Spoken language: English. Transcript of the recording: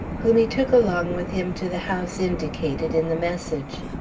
whom he took along with him to the house indicated in the message.